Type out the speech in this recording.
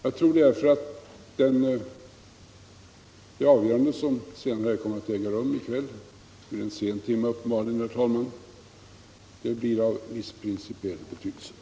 Jag tror därför att det avgörande som senare kommer att äga rum här i kväll, vid en sen timme uppenbarligen, herr talman, blir av viss principiell betydelse.